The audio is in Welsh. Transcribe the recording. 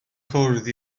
cwrdd